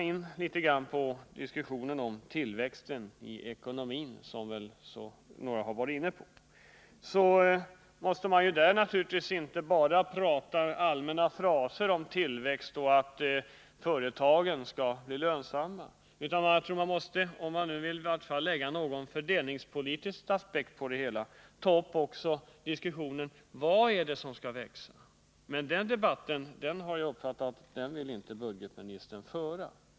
I diskussionen om tillväxten i ekonomin, som några redan varit inne på, räcker det inte att komma med allmänna fraser om tillväxt och om att företagen skall bli lönsamma. Om man vill lägga någon fördelningsaspekt på det hela måste man också ta upp frågan om vad det är som skall växa. Men den debatten vill inte budgetministern föra.